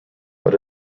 but